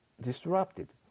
disrupted